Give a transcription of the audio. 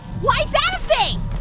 why is that a thing?